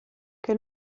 che